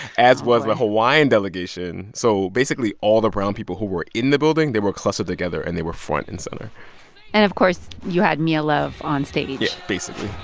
as was the hawaiian delegation. so basically, all the brown people who were in the building they were clustered together, and they were front and center and, of course, you had mia love on stage. yeah, basically.